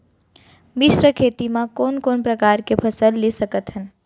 मिश्र खेती मा कोन कोन प्रकार के फसल ले सकत हन?